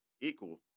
equal